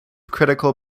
critical